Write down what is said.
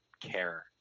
care